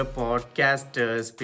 podcasters